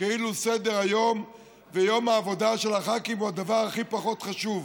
כאילו סדר-היום ויום העבודה של הח"כים הוא הדבר הכי פחות חשוב.